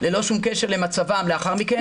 ללא שום קשר למצבם לאחר מכן.